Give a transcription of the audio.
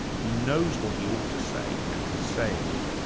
he knows what he ought to say, and he's saying it,